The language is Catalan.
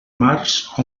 març